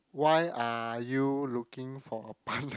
why are you looking for a partner